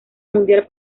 mundial